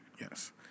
Yes